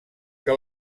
que